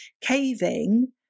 caving